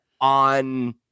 on